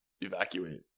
evacuate